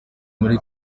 muri